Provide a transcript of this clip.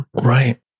Right